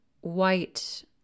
white